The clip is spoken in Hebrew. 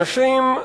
אנשים,